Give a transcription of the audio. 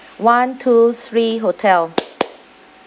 one two three hotel